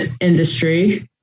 industry